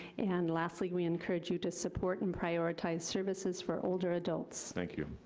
and lastly, we encourage you to support and prioritize services for older adults. thank you.